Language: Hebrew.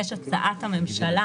יש הצעה של הממשלה